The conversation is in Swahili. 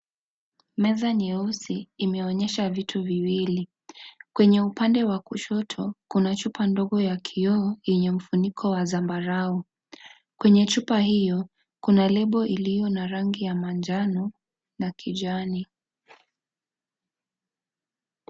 Meza nyeusi imeonyesha vitu viwili. Kwenye upande wa kushoto, kuna chupa ndogo ya kioo yenye mfuniko wa zambarau. Kwenye chupa hio, kuna lebo iliyo na rangi ya manjano na kijani.